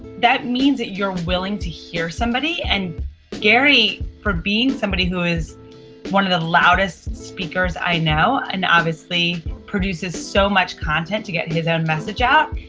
that means that you're willing to hear somebody and gary for being somebody who is one of the loudest speakers i know, and obviously produces so much content to get his own message out,